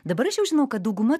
dabar aš jau žinau kad dauguma